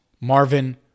Marvin